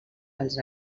els